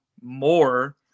more